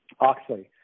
Oxley